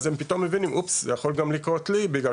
אז הם פתאום מבינים אופס זה יכול גם לקרות לי בגלל